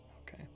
Okay